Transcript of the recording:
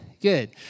good